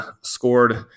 scored